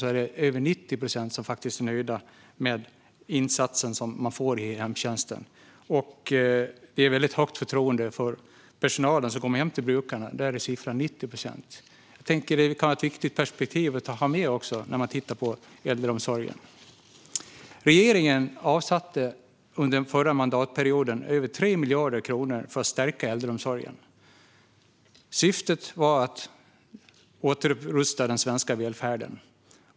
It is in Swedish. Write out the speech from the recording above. Och över 90 procent är nöjda med hemtjänstens insatser. Förtroendet för personalen som kommer hem till brukarna är väldigt högt. Det ligger på 90 procent. Det kan vara ett viktigt perspektiv att ha med när man tittar på äldreomsorgen. Under förra mandatperioden avsatte regeringen över 3 miljarder kronor för att stärka äldreomsorgen. Syftet var att återupprusta den svenska välfärden.